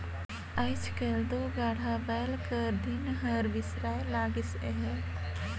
आएज काएल दो गाड़ा बइला कर दिन हर बिसराए लगिस अहे